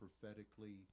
prophetically